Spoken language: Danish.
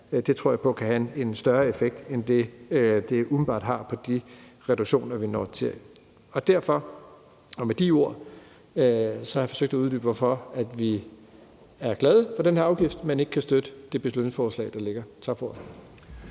det tror jeg på kan have en større effekt end det, det umiddelbart har på de reduktioner, vi når frem til. Med de ord har jeg forsøgt at uddybe, hvorfor vi er glade for den her afgift, men ikke kan støtte det beslutningsforslag, der ligger. Tak for